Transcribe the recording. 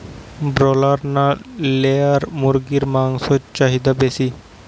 Broiler না layer মুরগির মাংসর চাহিদা বেশি?